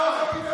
הוא, את הנגב,